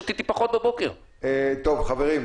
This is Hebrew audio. חברים,